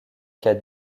cas